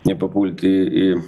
nepapulti į